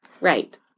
Right